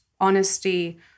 honesty